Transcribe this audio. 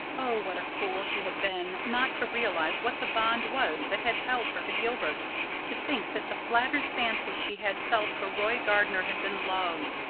oh, what a fool she had been not to realize what the bond was that had held her to gilbert to think that the flattered fancy she had felt for roy gardner had been love.